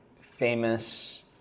famous